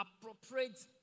appropriate